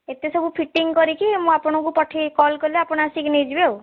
ଏତେ ସବୁ ଫିଟିଂ କରିକି ମୁଁ ଆପଣଙ୍କୁ ପଠାଇ କଲ୍ କଲେ ଆପଣ ଆସିକି ନେଇଯିବେ ଆଉ